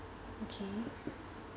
okay